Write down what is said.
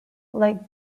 like